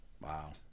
Wow